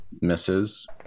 Misses